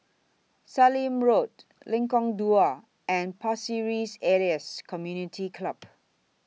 Sallim Road Lengkong Dua and Pasir Ris Elias Community Club